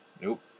Nope